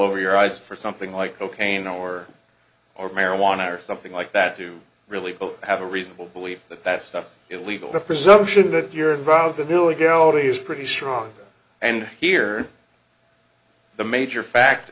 over your eyes for something like cocaine or or marijuana or something like that to really have a reasonable belief that that stuff illegal the presumption that you're involved in hilla galatea is pretty strong and here the major fact